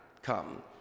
Come